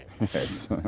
Yes